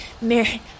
Mary